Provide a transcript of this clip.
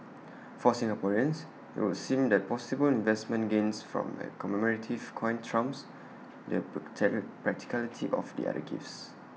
for Singaporeans IT would seem that possible investment gains from A commemorative coin trumps the practicality of the other gifts